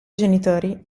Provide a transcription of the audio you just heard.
genitori